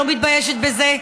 אני לא מתביישת בזה,